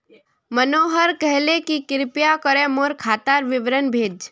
मनोहर कहले कि कृपया करे मोर खातार विवरण भेज